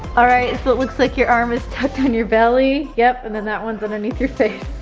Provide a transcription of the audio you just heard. all right, so it looks like your arm is tucked on your belly. yup, and then that one is underneath your face.